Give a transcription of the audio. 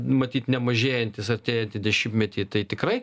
matyt nemažėjantys artėjantį dešimtmetį tai tikrai